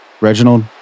Reginald